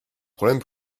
problème